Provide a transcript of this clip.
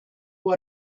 who